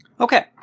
Okay